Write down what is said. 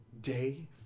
Day